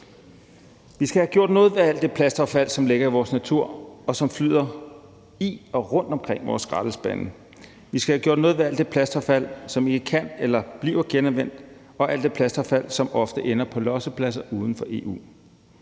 Vi skal have gjort noget ved alt det plastaffald, som ligger i vores natur, og som flyder i og rundtomkring vores skraldespande. Vi skal have gjort noget ved alt det plastaffald, som ikke kan genanvendes eller ikke bliver genanvendt, og alt det plastaffald, som ofte ender på lossepladser uden for EU.